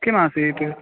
किमासीत्